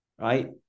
right